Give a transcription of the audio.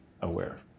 aware